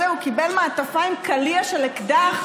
זהו, הוא קיבל מעטפה עם קליע של אקדח,